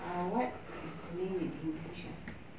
err what is the name in english uh